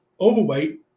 overweight